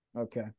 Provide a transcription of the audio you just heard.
Okay